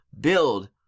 build